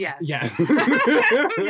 Yes